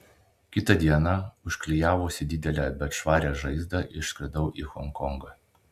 kitą dieną užklijavusi didelę bet švarią žaizdą išskridau į honkongą